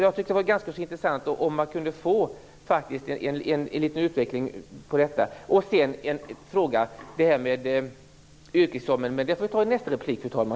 Jag tycker att det skulle vara ganska så intressant att få en liten utveckling av detta.